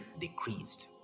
decreased